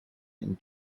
and